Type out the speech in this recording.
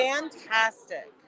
Fantastic